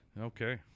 Okay